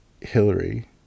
Hillary